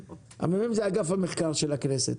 הממ"מ זה אגף המחקר של הכנסת,